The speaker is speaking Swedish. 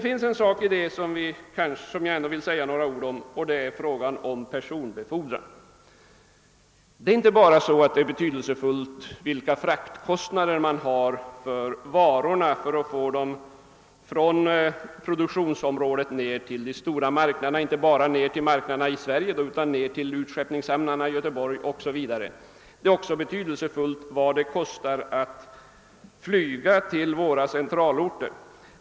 Jag skulle bara vilja något beröra en detalj i systemet, nämligen frågan om personbefordran. Det är inte bara betydelsefullt vilka fraktkostnader man har för att få varorna från produktionsområdet i Norrland ned till marknaderna i Sverige och till utskeppningshamnarna; det är också betydelsefullt vad det kostar att flyga till våra centralorter.